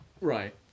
right